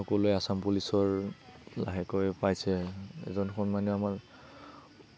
সকলোৱে আসাম পুলিচৰ লাহেকৈ পাইছে এজন সন্মানীয় আমাৰ